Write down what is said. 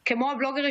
אחריה,